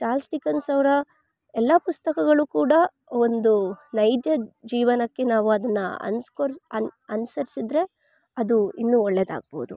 Charles Dickens ಅವರ ಎಲ್ಲ ಪುಸ್ತಕಗಳು ಕೂಡ ಒಂದು ನೈದ್ಯ ಜೀವನಕ್ಕೆ ನಾವು ಅದನ್ನು ಅನುಸರ್ಸ್ ಅನು ಅನುಸರ್ಸದ್ರೆ ಅದು ಇನ್ನು ಒಳ್ಳೆದಾಗ್ಬೌದು